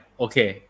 okay